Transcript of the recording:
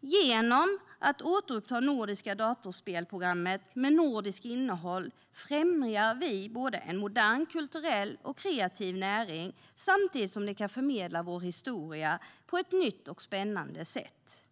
Genom att återuppta det nordiska datorspelsprogrammet med nordiskt innehåll främjar vi en modern kulturell och kreativ näring samtidigt som det kan förmedla vår historia på ett nytt och spännande sätt.